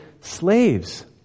slaves